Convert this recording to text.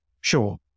sure